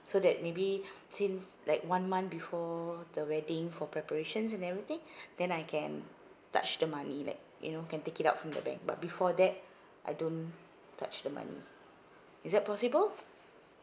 so that maybe since like one month before the wedding for preparations and everything then I can touch the money like you know can take it out from the bank but before that I don't touch the money is that possible